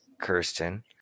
Kirsten